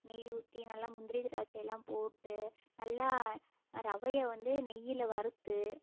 நெய் ஊற்றி நல்லா முந்திரி திராட்சையெலாம் போட்டு நல்லா ரவையை வந்து நெய்யில் வறுத்து